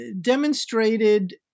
demonstrated